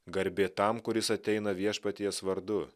garbė tam kuris ateina viešpaties vardu